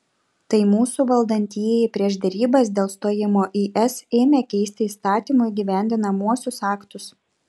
tai mūsų valdantieji prieš derybas dėl stojimo į es ėmė keisti įstatymų įgyvendinamuosius aktus